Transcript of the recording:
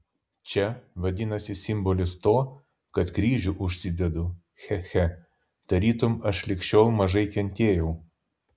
čia vadinasi simbolis to kad kryžių užsidedu che che tarytum aš lig šiol mažai kentėjau